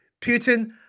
Putin